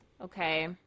Okay